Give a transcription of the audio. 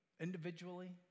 Individually